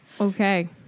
Okay